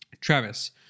Travis